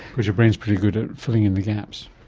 because your brain is pretty good at filling in the gaps.